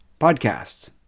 podcasts